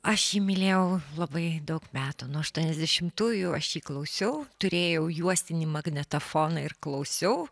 aš jį mylėjau labai daug metų nuo aštuoniasdešimtųjų aš jį klausiau turėjau juostinį magnetofoną ir klausiau